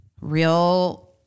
real